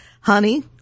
Honey